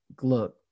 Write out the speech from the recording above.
look